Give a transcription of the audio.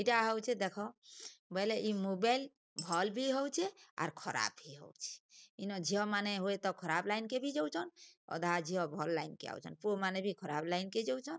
ଏଇଟା ହଉଛେ ଦେଖ ବୋଇଲେ ଏଇ ମୋବାଇଲ୍ ଭଲ୍ ବି ହଉଛେ ଆର ଖରାପ ବି ହେଉଛି ଏନ ଝିଅମାନେ ହୁଏତ ଖରାପ ଲାଇନ୍ କେ ବି ଯାଉଛନ୍ ଅଧା ଝିଅ ଭଲ୍ ଲାଇନ୍ କେ ଆଉଛନ୍ ପୁଅମାନେ ବି ଖରପ ଲାଇନ୍ କେ ଯାଉଛନ୍